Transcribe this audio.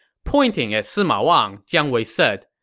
pointing at sima wang, jiang wei said,